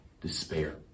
despair